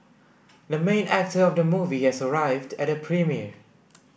the main actor of the movie has arrived at the premiere